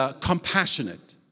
compassionate